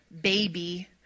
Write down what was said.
baby